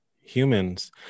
humans